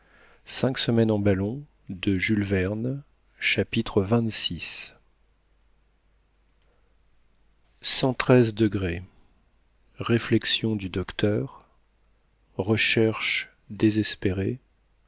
chapitre xxvi cent treize degrés réflexions du docteur recherche désespérée